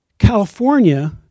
California